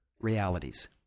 realities